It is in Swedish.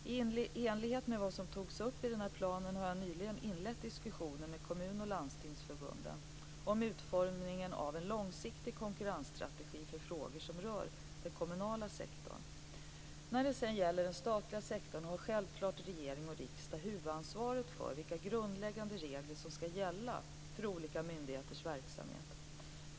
I enlighet med vad som togs upp i den planen har jag nyligen inlett diskussioner med Kommun och landstingsförbunden om utformningen av en långsiktig konkurrensstrategi för frågor som rör den kommunala sektorn. När det sedan gäller den statliga sektorn har självklart regering och riksdag huvudansvaret för vilka grundläggande regler som skall gälla för olika myndigheters verksamhet.